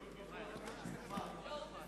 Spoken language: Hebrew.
אז תאמר.